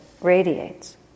radiates